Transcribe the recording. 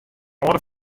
âlde